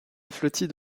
flottille